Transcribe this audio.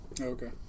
Okay